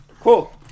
Cool